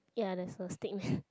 ya there's no sting